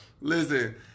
Listen